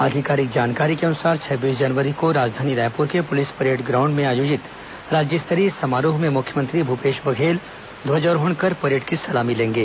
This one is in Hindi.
आधिकारिक जानकारी के अनुसार छब्बीस जनवरी को राजधानी रायपुर के पुलिस परेड ग्राउंड में आयोजित राज्य स्तरीय समारोह में मुख्यमंत्री भूपेश बघेल ध्वजारोहण कर परेड की ुसलामी लेंगे